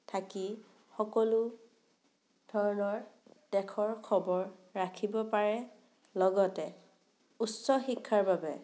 থাকি সকলো ধৰণৰ দেশৰ খবৰ ৰাখিব পাৰে লগতে উচ্চ শিক্ষাৰ বাবে